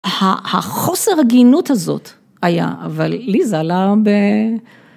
החוסר הגינות הזאת היה, אבל לי זה עלה ב...